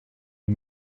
you